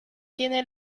tiene